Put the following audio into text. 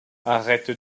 arrête